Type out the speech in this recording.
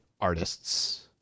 artists